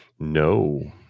No